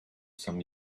some